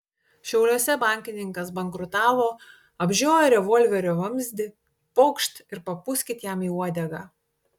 šiauliuose bankininkas bankrutavo apžiojo revolverio vamzdį pokšt ir papūskit jam į uodegą